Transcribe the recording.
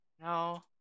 No